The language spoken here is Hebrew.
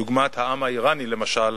דוגמת העם האירני, למשל,